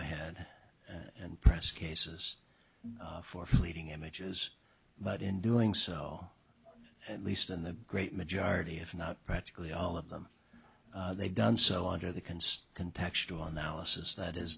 ahead and press cases for fleeting images but in doing so at least in the great majority if not practically all of them they've done so under the